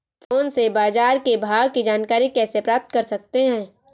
Phone से बाजार के भाव की जानकारी कैसे प्राप्त कर सकते हैं?